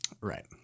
Right